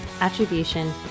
Attribution